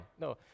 No